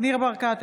ניר ברקת,